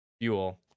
fuel